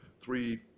three